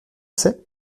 c’est